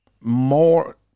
more